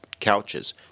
couches